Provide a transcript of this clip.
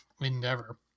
endeavor